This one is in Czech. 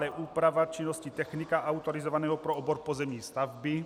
Dále, úprava činnosti technika autorizovaného pro obor pozemní stavby.